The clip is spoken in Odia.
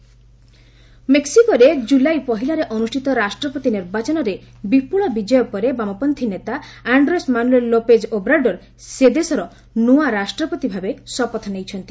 ମେକ୍ସିକୋ ପ୍ରେସିଡେଣ୍ଟ୍ ମେକ୍ସିକୋରେ ଜୁଲାଇ ପହିଲାରେ ଅନୁଷ୍ଠିତ ରାଷ୍ଟ୍ରପତି ନିର୍ବାଚନରେ ବିପୁଳ ବିଜୟ ପରେ ବାମପନ୍ଥୀ ନେତା ଆଶ୍ରେସ୍ ମାନୁଏଲ୍ ଲୋପେଜ୍ ଓବ୍ରାଡୋର ସେ ଦେଶର ନୂଆ ରାଷ୍ଟ୍ରପତି ଭାବେ ଶପଥ ନେଇଛନ୍ତି